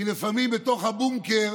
כי לפעמים בתוך הבונקר